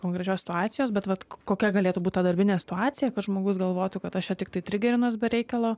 konkrečios situacijos bet vat kokia galėtų būt ta darbinė situacija kad žmogus galvotų kad aš čia tiktai trigerinuos be reikalo